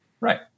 Right